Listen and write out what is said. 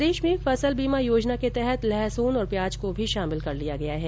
प्रदेश में फसल बीमा योजना के तहत लहसून और प्याज को भी शामिल कर लिया गया हैं